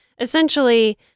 essentially